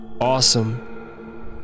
awesome